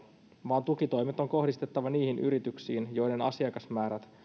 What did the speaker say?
vaan tukitoimet on kohdistettava niihin yrityksiin joiden asiakasmäärät